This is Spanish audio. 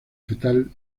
fetal